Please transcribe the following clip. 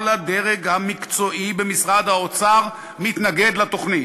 כל הדרג המקצועי במשרד האוצר מתנגד לתוכנית.